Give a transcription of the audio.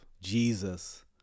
Jesus